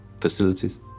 facilities